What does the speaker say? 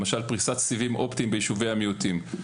למשל פריסת סיבים אופטיים ביישובי המיעוטים.